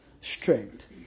strength